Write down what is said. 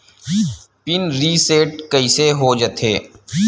Pin reset कइसे हो जाथे?